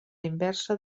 inversa